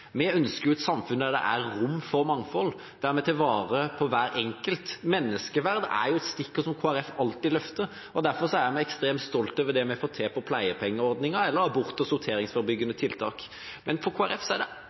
Vi ønsker et samfunn der det er rom for mangfold, der vi tar vare på hver enkelt. Menneskeverd er et stikkord for noe Kristelig Folkeparti alltid løfter, og derfor er vi ekstremt stolte over det vi får til på pleiepengeordningen eller abort- og sorteringsforebyggende tiltak. For Kristelig Folkeparti er det